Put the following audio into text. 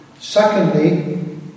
Secondly